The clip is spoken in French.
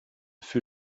fut